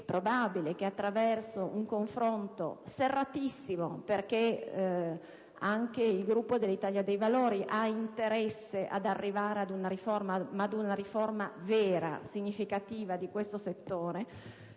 probabile che attraverso un confronto serratissimo (anche il Gruppo dell'Italia dei Valori ha interesse ad arrivare ad una riforma, ma ad una riforma vera, significativa di questo settore)